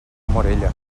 morella